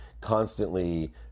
constantly